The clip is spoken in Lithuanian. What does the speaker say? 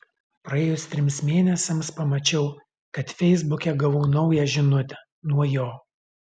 praėjus trims mėnesiams pamačiau kad feisbuke gavau naują žinutę nuo jo